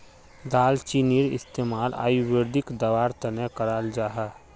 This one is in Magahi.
दालचीनीर इस्तेमाल आयुर्वेदिक दवार तने कराल जाहा